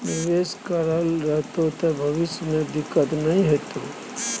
निवेश करल रहतौ त भविष्य मे दिक्कत नहि हेतौ